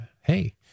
hey